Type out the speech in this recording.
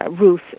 Ruth